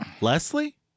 Leslie